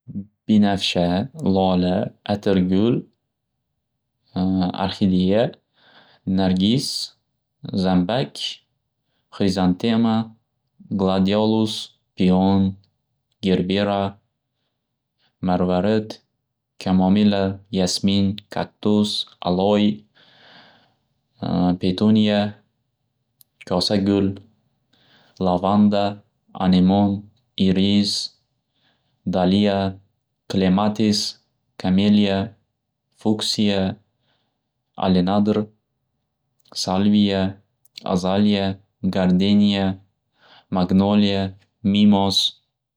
Binafsha, lola, atirgul, arxideya, nargiz, zambak, xirizantema, gladiolus, bion, gerbera, marvarid, kamomila, yasmin, kaktus, aloy, petuniya, kosa gul, lavanda, animo, iris, daliya, klematis, kameliya, fuksiya, alenadr, salmiya, azaleya, gardiniya, magnoliya, mimos.